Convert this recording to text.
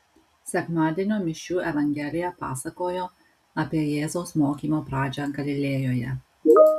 sekmadienio mišių evangelija pasakojo apie jėzaus mokymo pradžią galilėjoje